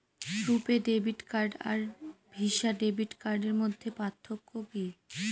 রূপে debit card আর Visa debit কার্ডের মধ্যে পার্থক্য কি?